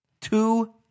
Two